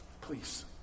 Please